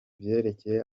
vyerekeye